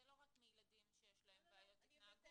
זה לא רק מילדים שיש להם בעיות התנהגות,